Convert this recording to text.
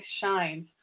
shines